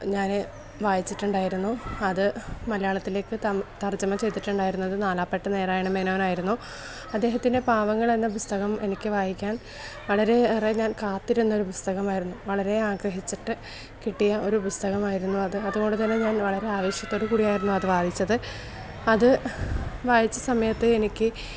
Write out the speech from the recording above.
ഞാൻ വായിച്ചിട്ടുണ്ടായിരുന്നു അത് മലയാളത്തിലേക്ക് തമി തര്ജ്ജമ ചെയ്തിട്ടുണ്ടായിരുന്നത് നാലപ്പാട്ട് നാരായണമേനോന് ആയിരുന്നു അദ്ദേഹത്തിന്റെ പാവങ്ങള് എന്ന പുസ്തകം എനിക്ക് വായിക്കാന് വളരെ ഏറെ ഞാൻ കാത്തിരുന്ന ഒരു പുസ്തകമായിരുന്നു വളരെ ആഗ്രഹിച്ചിട്ട് കിട്ടിയ ഒരു പുസ്തകം ആയിരുന്നു അത് അതുകൊണ്ട് തന്നെ ഞാന് വളരെ ആവേശത്തോടു കൂടിയായിരുന്നു അത് വായിച്ചത് അത് വായിച്ച സമയത്ത് എനിക്ക്